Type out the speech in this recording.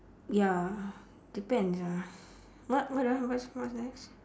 ya depends ah what what ah what's what's next